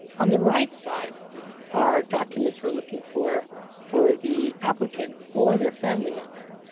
on the right side are documents we're looking for for the applicant or their family member.